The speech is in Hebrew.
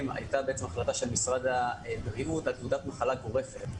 הייתה החלטה של משרד הבריאות על תעודת מחלה גורפת.